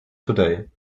today